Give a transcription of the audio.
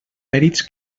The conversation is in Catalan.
mèrits